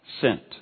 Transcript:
sent